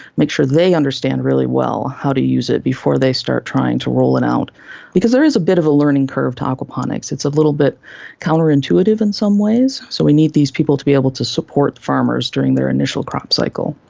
make sure they understand really well how to use it before they start trying to roll it out because there is a bit of a learning curve to aquaponics, it's a little bit counterintuitive in some ways, so we need these people to be able to support farmers during their initial crop cycle.